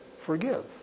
forgive